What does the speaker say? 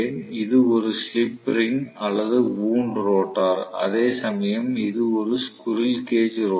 இது ஒரு slip ring அல்லது வூண்ட் ரோட்டார் அதேசமயம் இது ஒரு ஸ்குரில் கேஜ் ரோட்டார்